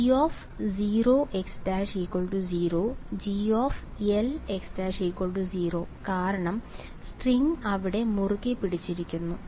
G0x′ 0 Glx0 കാരണം string അവിടെ മുറുകെ പിടിച്ചിരിക്കുന്നു